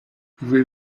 pouvez